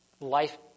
life